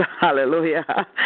hallelujah